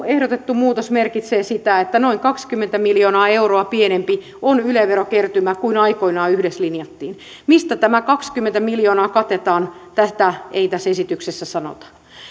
ehdotettu muutos merkitsee sitä että noin kaksikymmentä miljoonaa euroa pienempi on yle verokertymä kuin aikoinaan yhdessä linjattiin mistä tämä kaksikymmentä miljoonaa katetaan tätä ei tässä esityksessä sanota